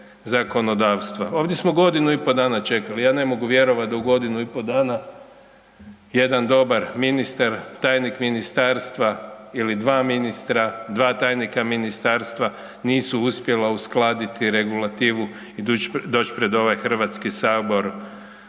zakonodavstva. Ovdje smo godinu i po dana čekali, ja ne mogu vjerovat da u godinu i po dana jedan dobar ministar, tajnik ministarstva ili dva ministra, dva tajnika ministarstva nisu uspjela uskladiti regulativu i doć pred ovaj HS sa